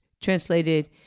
translated